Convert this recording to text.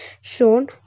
shown